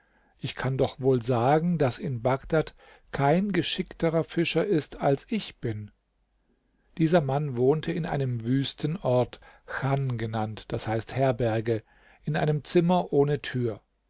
ich kann doch wohl sagen daß in bagdad kein geschickterer fischer ist als ich bin dieser mann wohnte in einem wüsten ort chan genannt d h herberge in einem zimmer ohne tür